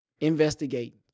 investigate